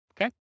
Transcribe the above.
Okay